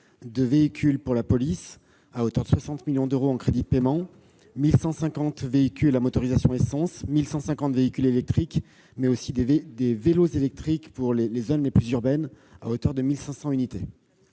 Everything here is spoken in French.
de véhicules pour la police, pour un montant de 60 millions d'euros en crédits de paiement : 1 150 véhicules à motorisation essence, 1 150 véhicules électriques, mais aussi 1 500 vélos électriques dans les zones les plus urbaines. Quel est l'avis